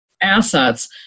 assets